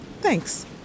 Thanks